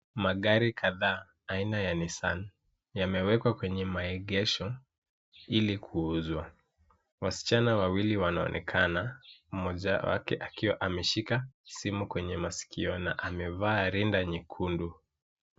Magari kadhaa aina ya Nissan yamewekwa kwenye maegesho ili kuuzwa. Wasichana wawili wanaonekana, mmoja wake akiwa ameshika simu kwenye masikio na amevaa rinda nyekundu.